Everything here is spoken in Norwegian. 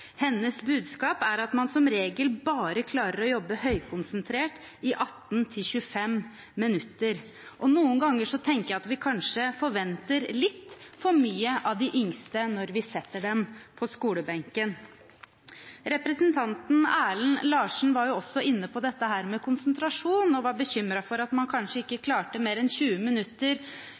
Hennes budskap er at man som regel klarer å jobbe høykonsentrert i bare 18–25 minutter. Noen ganger tenker jeg at vi kanskje forventer litt for mye av de yngste når vi setter dem på skolebenken. Representanten Erlend Larsen var også inne på dette med konsentrasjon og var bekymret for at man kanskje ikke klarte mer enn